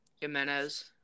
Jimenez